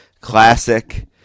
Classic